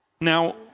Now